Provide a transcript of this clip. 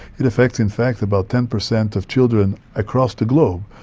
it affects in fact about ten percent of children across the globe,